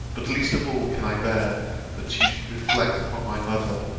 but least of all can i bear that you should reflect upon my mother.